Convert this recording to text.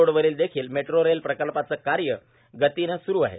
road वर देखील metro rail प्रकल्पाचे कार्य गतीने सुरु आहे